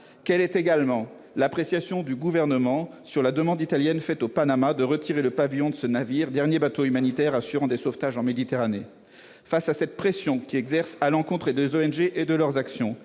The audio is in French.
Quelle est, également, l'appréciation du Gouvernement de la demande italienne faite au Panama de retirer le pavillon au dernier bateau humanitaire assurant des sauvetages en Méditerranée ? Face à cette pression, qui s'exerce à l'encontre des ONG et de leurs actions,